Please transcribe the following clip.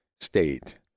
state